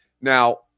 Now